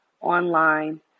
online